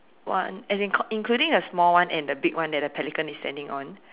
one as in including the small one and the big one that the pelican is standing on